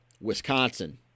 Wisconsin